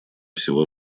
всего